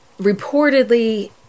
reportedly